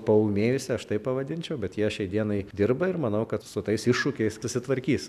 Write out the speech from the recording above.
paūmėjusi aš taip pavadinčiau bet jie šiai dienai dirba ir manau kad su tais iššūkiais susitvarkys